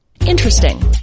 Interesting